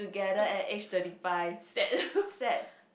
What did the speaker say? sad